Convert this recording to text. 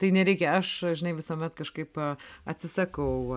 tai nereikia aš žinai visuomet kažkaip atsisakau